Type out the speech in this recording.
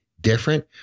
different